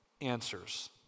answers